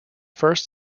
first